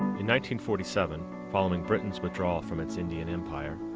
forty seven, following britain's withdrawal from its indian empire,